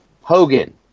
Hogan